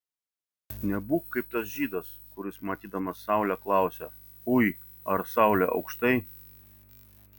nebūk kaip tas žydas kuris matydamas saulę klausia ui ar saulė aukštai